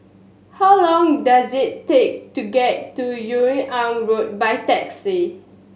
how long does it take to get to Yung An Road by taxi